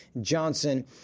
Johnson